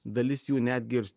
dalis jų netgi ir